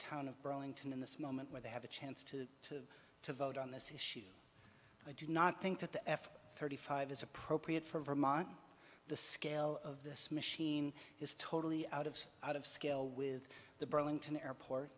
town of burlington in this moment where they have a chance to vote on this issue i do not think that the f thirty five is appropriate for vermont the scale of this machine is totally out of out of scale with the burlington airport